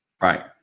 right